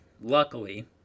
luckily